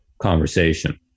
conversation